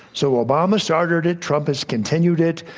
so, obama started it. trump has continued it.